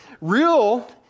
Real